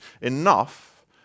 enough